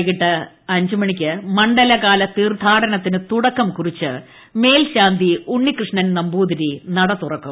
വൈകിട്ട് അഞ്ചിന് മണ്ഡലകാല തീർത്ഥാടനത്തിന് തുടക്കം കുറിച്ച് മേൽശാന്തി ഉണ്ണികൃഷ്ണൻ നമ്പൂതിരി നട തുറക്കും